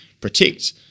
protect